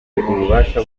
ububasha